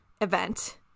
event